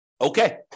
Okay